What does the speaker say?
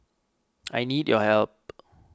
I need your help